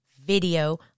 video